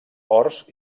horts